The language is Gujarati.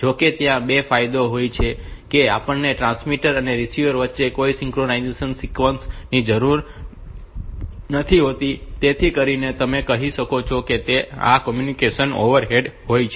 જો કે ત્યાં એ ફાયદો હોય છે કે આપણને ટ્રાન્સમીટર અને રીસીવર વચ્ચે કોઈ સિંક્રનાઇઝેશન સિક્વન્સ ની જરૂર નથી હોતી જેથી કરીને તમે કહી શકો છો કે તે રીતે ત્યાં કમ્યુનિકેશન ઓવરહેડ ઓછો હોય છે